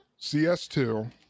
CS2